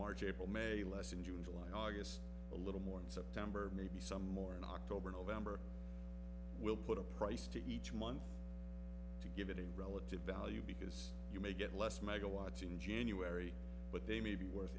march april may less in june july august a little more in september maybe some more in october november will put a price to each month to give it in relative value because you may get less megawatts in january but they may be wor